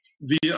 via